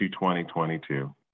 2022